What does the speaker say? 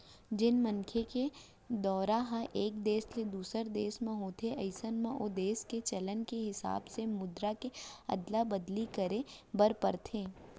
जेन मनखे के दौरा ह एक देस ले दूसर देस म होथे अइसन म ओ देस के चलन के हिसाब ले मुद्रा के अदला बदली करे बर परथे